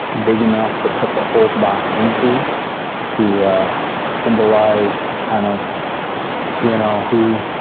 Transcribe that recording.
big enough to put the old box into to symbolize kind of you know who,